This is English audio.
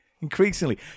increasingly